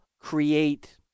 create